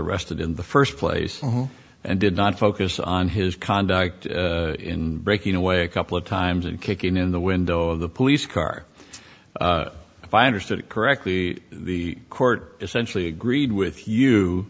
arrested in the first place and did not focus on his conduct in breaking away a couple of times and kicking in the window of the police car if i understood it correctly the court essentially agreed with you